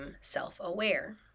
self-aware